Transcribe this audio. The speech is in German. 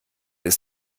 ist